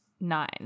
nine